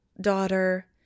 daughter